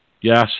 yes